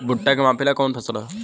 भूट्टा के मापे ला कवन फसल ह?